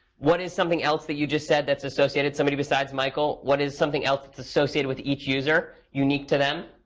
what is something else that you just said that's associated? somebody besides michael, what is something else that's associated with each user, unique to them?